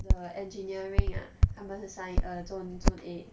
the engineering ah 他们是 sign err zone zone A